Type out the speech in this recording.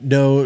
no